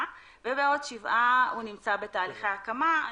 ובעוד שבעה הוא נמצא בתהליכי הקמה.